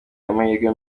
amahirwe